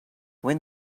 when